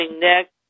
next